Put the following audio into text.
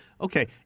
okay